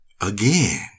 again